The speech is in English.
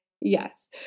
yes